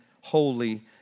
holy